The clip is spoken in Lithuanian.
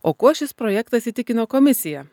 o kuo šis projektas įtikino komisiją